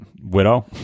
Widow